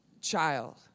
child